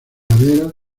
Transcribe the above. laderas